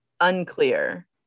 Unclear